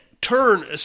turn